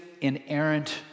inerrant